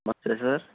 నమస్తే సార్